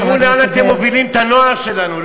תראו לאן אתם מובילים את הנוער שלנו.